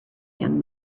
young